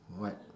what